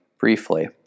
briefly